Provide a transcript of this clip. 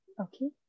okay